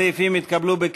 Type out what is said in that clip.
סעיפים 7